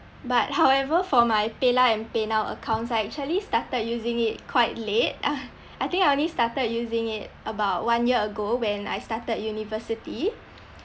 but however for my paylah and paynow accounts I actually started using it quite late I think I only started using it about one year ago when I started university